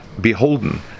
beholden